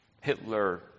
Hitler